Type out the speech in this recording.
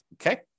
Okay